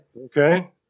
okay